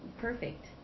perfect